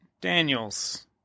Daniel's